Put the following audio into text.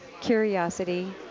curiosity